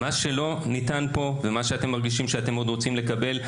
מה שלא ניתן פה ומה שאתם מרגישים שאתם עוד רוצים לקבל,